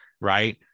Right